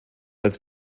als